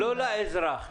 לא לאזרח.